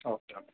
okay okay